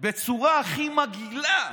בצורה הכי מגעילה,